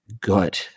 good